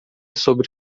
sobre